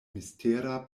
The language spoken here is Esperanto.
mistera